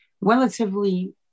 relatively